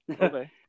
Okay